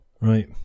Right